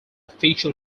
official